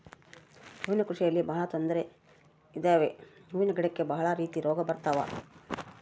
ಹೂವಿನ ಕೃಷಿಯಲ್ಲಿ ಬಹಳ ತೊಂದ್ರೆ ಇದಾವೆ ಹೂವಿನ ಗಿಡಕ್ಕೆ ಭಾಳ ರೀತಿ ರೋಗ ಬರತವ